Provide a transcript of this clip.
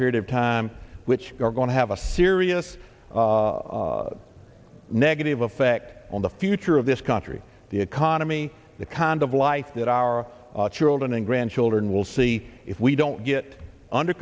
period of time which are going to have a serious negative effect on the future of this country the economy the cond of life that our children and grandchildren will see if we don't get under